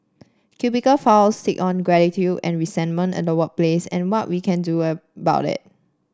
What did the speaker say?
cubicle files sit on gratitude and resentment and the workplace and what we can do about it